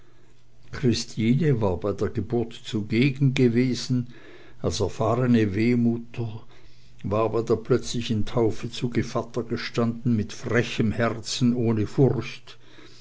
christine war bei der geburt zugegen gewesen als erfahrne wehmutter war bei der plötzlichen taufe zu gevatter gestanden mit frechem herzen ohne furcht